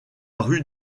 rue